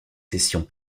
sessions